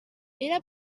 era